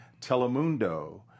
Telemundo